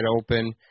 open